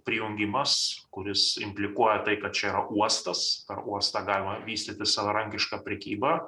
prijungimas kuris implikuoja tai kad čia yra uostas per uostą galima vystyti savarankišką prekybą